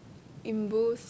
in both